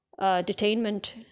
detainment